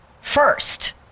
first